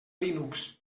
linux